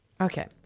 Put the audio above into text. Okay